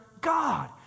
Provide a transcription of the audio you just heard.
God